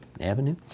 Avenue